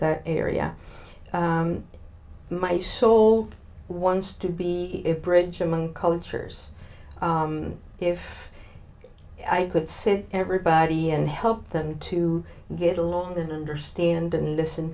that area my soul wants to be a bridge among cultures if i could sit everybody and help them to get along and understand and listen